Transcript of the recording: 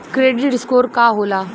Credit score का होला?